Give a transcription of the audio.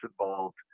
involved